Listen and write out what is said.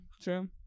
true